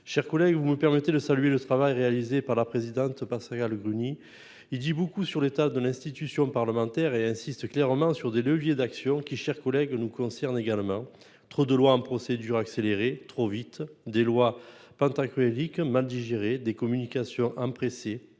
Chers collègues, vous me permettez de saluer le travail réalisé par la présidente se passera le. Il dit beaucoup sur l'état de l'institution parlementaire et insiste clairement sur des leviers d'action qui chers collègues nous concerne également trop de lois en procédure accélérée trop vite des lois pantagruélique mal digéré des communications hein pressé